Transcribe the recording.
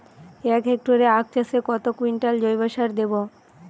এক হেক্টরে আখ চাষে কত কুইন্টাল জৈবসার দেবো?